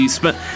spent